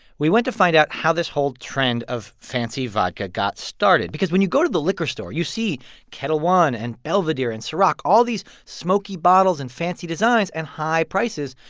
we went to find out how this whole trend of fancy vodka got started because when you go to the liquor store, you see ketel one and belvedere and ciroc all these smoky bottles and fancy designs and high prices.